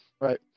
Right